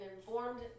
informed